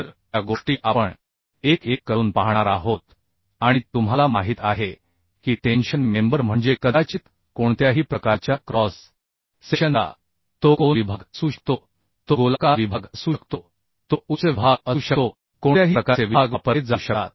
तर त्या गोष्टी आपण एक एक करून पाहणार आहोत आणि तुम्हाला माहित आहे की टेंशन मेंबर म्हणजे कदाचित कोणत्याही प्रकारच्या क्रॉस सेक्शनचा तो कोन विभाग असू शकतो तो गोलाकार विभाग असू शकतो तो उच्च विभाग असू शकतो कोणत्याही प्रकारचे विभाग वापरले जाऊ शकतात